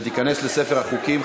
והחוק ייכנס לספר החוקים.